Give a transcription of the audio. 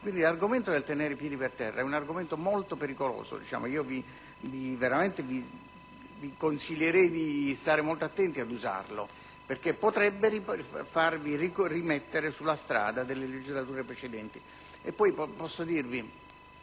Quindi, l'argomento del tenere i piedi per terra è molto pericoloso; vi consiglierei veramente di stare molto attenti ad usarlo, perché potrebbe farvi rimettere sulla strada delle legislature precedenti.